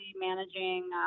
managing